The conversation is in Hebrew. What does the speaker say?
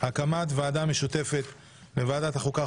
הקמת ועדה משותפת לוועדת החוקה,